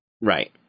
Right